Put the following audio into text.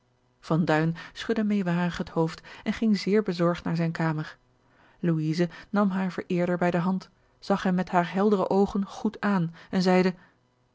schudde meewarig het hoofd en ging zeer bezorgd naar zijne kamer louise nam haren vereerder bij de hand zag hem met hare heldere oogen goed aan en zeide